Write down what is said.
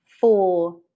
four